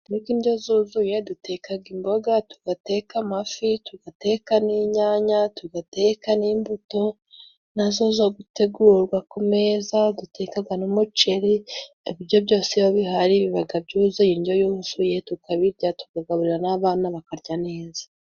Kurya indyo zuzuye, dutekaga imboga, tugateka amafi, tugateka n'inyanya, tugateka n'imbuto na zo zo gutegurwa ku meza, duteka n'umuceri. Ibyo biryo byose iyo bihari, biba byuzuye, indyo yuzuye, tukabirya, tukagaburira babana bakarya neza.